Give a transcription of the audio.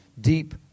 deep